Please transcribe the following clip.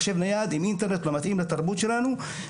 מחשב נייד עם אינטרנט לא מתאים לתרבות שלנו,